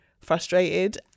frustrated